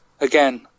again